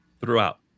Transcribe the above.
throughout